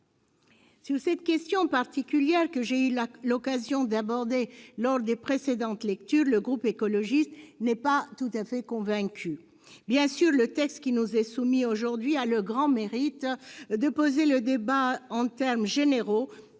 Sur cette question particulière, que j'ai eu l'occasion d'aborder lors des précédentes lectures, le groupe écologiste n'est pas tout à fait convaincu. Bien sûr, le texte qui nous est soumis aujourd'hui a le grand mérite de poser le débat en termes généraux